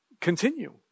continue